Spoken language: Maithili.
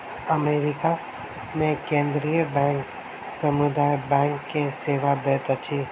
अमेरिका मे केंद्रीय बैंक समुदाय बैंक के सेवा दैत अछि